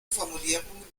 formulierungen